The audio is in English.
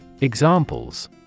Examples